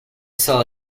sell